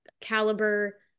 caliber